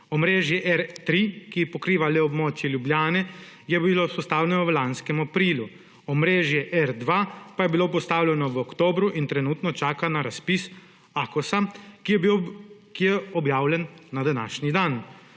omrežje R3, ki pokriva le območje Ljubljane, je bilo postavljeno v lanskem aprilu, omrežje R2 pa je bilo postavljeno v oktobru in trenutno čaka na razpis Akosa, ki je objavljen na današnji dan.